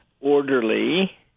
orderly